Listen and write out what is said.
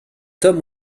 tom